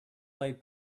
played